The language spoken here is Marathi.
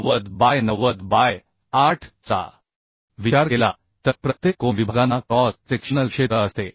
90 बाय 90 बाय 8 चा विचार केला तर प्रत्येक कोन विभागांना क्रॉस सेक्शनल क्षेत्र असते